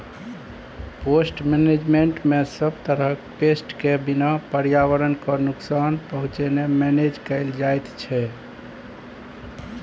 pest मेनेजमेन्टमे सब तरहक पेस्ट केँ बिना पर्यावरण केँ नुकसान पहुँचेने मेनेज कएल जाइत छै